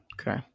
Okay